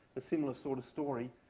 a similar sort of story.